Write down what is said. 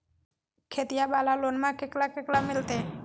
खेतिया वाला लोनमा केकरा केकरा मिलते?